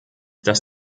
dass